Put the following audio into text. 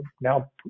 now